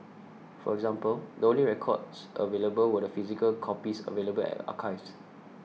for example the only records available were the physical copies available at archives